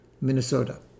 Minnesota